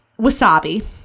wasabi